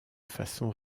façon